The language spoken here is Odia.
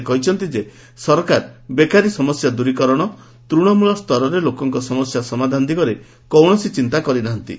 ସେ କହିଛନ୍ତି ଯେ ସରକାର ବେକାରୀ ସମସ୍ୟା ଦୂରୀକରଣ ତୂଶମୂଳ୍ଡରରେ ଲୋକଙ୍କ ସମସ୍ୟା ସମାଧାନ ଦିଗରେ କୌଣସି ଚିନ୍ତା କରିନାହାନ୍ତି